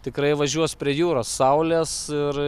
tikrai važiuos prie jūros saulės ir